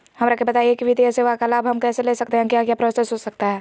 हमरा के बताइए की वित्तीय सेवा का लाभ हम कैसे ले सकते हैं क्या क्या प्रोसेस हो सकता है?